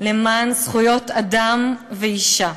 למען זכויות אדם ואישה.